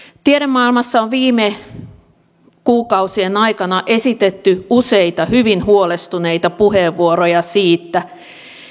tiedemaailmassa on viime kuukausien aikana esitetty useita hyvin huolestuneita puheenvuoroja siitä